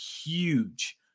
huge